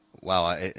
wow